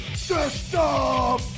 system